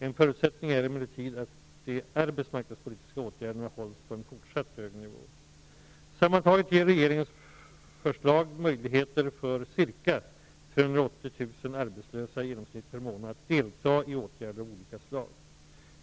En förutsättning är emellertid att de arbetsmarknadspolitiska åtgärderna hålls på en fortsatt hög nivå. Sammantaget ger regeringens förslag möjligheter för ca 380 000 arbetslösa i genomsnitt per månad att delta i åtgärder av olika slag.